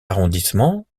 arrondissement